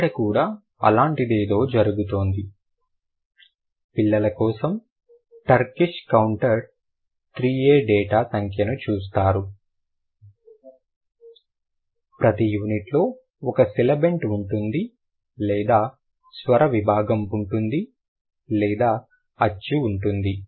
ఇక్కడ కూడా అలాంటిదేదో జరుగుతోంది పిల్లల కోసం టర్కిష్ కౌంటర్ 3a డేటా సంఖ్యను చూస్తారు ప్రతి యూనిట్లో ఒక సిబిలెంట్ ఉంటుంది లేదా స్వర విభాగం ఉంటుంది లేదా అచ్చు ఉంటుంది